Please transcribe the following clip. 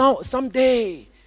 someday